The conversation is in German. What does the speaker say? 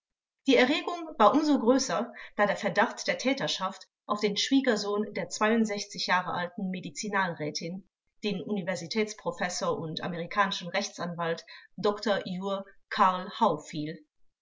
die erregung war um so größer da der verdacht der täterschaft auf den schwiegersohn der medizinalrätin den universitätsprofessor und amerikanischen rechtsanwalt dr